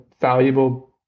valuable